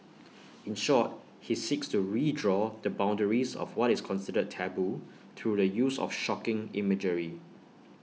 in short he seeks to redraw the boundaries of what is considered taboo through the use of shocking imagery